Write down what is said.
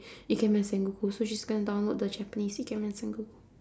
ikemen sengoku so she's gonna download the japanese ikemen sengoku